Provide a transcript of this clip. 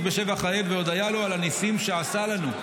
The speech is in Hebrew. בשבח האל והודיה לו על הניסים שעשה לנו.